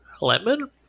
lemon